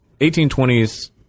1820s